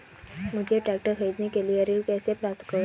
मुझे ट्रैक्टर खरीदने के लिए ऋण कैसे प्राप्त होगा?